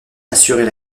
assurait